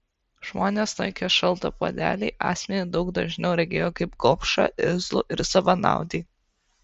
žmonės laikę šaltą puodelį asmenį daug dažniau regėjo kaip gobšą irzlų ir savanaudį